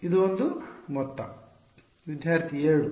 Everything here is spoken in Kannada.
ಇದು ಒಂದು ಮೊತ್ತ ವಿದ್ಯಾರ್ಥಿ 2